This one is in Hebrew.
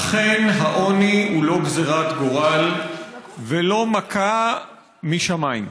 אכן, העוני הוא לא גזרת גורל ולא מכה משמיים.